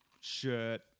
shirt